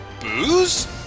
booze